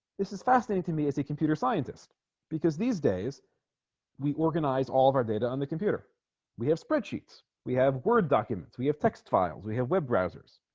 this is fascinating to me as a computer scientist because these days we organize all of our data on the computer we have spreadsheets we have word documents we have text files we have web browsers